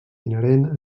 inherent